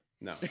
No